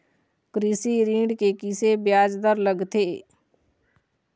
कृषि ऋण के किसे ब्याज दर लगथे?